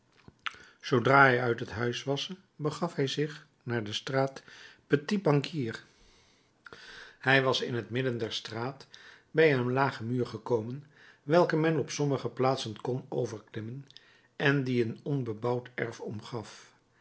zoodra hij uit het huis was begaf hij zich naar de straat petit banquier hij was in het midden der straat bij een lagen muur gekomen welken men op sommige plaatsen kon overklimmen en die een onbebouwd erf omgaf